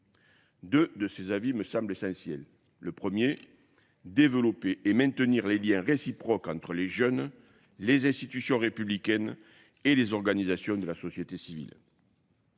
Deux de ces avis me semblent essentiels. Le premier, développer et maintenir les liens réciproques entre les jeunes, les institutions républicaines et les organisations de la société civile.